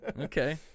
Okay